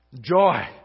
joy